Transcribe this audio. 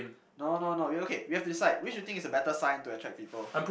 no no no you okay you have to decide which is a better sign to attract people